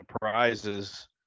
prizes